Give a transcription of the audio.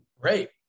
Great